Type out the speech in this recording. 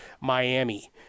Miami